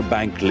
Bank